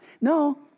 No